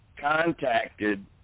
contacted